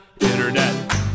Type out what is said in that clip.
internet